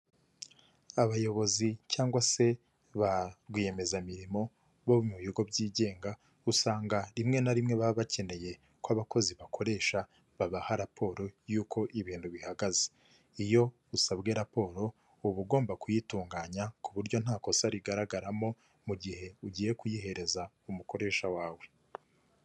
Abayobozi cyangwa se ba rwiyemezamirimo bo mu bigo byigenga usanga rimwe na rimwe baba bakeneye ko abakozi bakoresha babaha raporo yuko ibintu bihagaze, iyo usabwe raporo uba ugomba kuyitunganya ku buryo nta kosa rigaragaramo mu gihe ugiye kuyihereza umukoresha wawe.